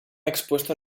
expuesto